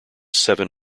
seven